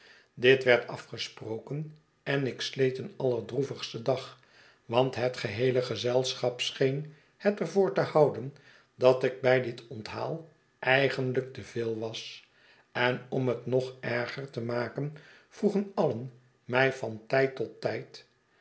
dit werd afgesproken en ik sleet een allerdroevigsten dag want het geheeie gezelschap scheen het er voor te houden dat ik bij dit onthaal eigenlijk te veel was en om het nog erger te maken vroegen alien mij van tijd tot tijd